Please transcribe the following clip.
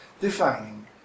defining